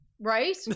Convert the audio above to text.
right